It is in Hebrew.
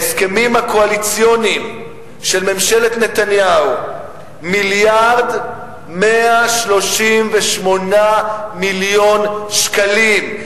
ההסכמים הקואליציוניים של ממשלת נתניהו: מיליארד ו-138 מיליון שקלים.